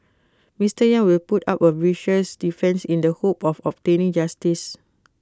Mister yang will put up A vigorous defence in the hope of obtaining justice